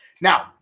Now